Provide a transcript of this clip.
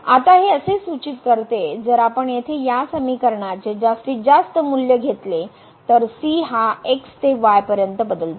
आता हे असे सूचित करते जर आपण येथे या समीकरणाचे चे जास्तीत जास्त मूल्य घेतले तर c हा x ते y पर्यंत बदलतो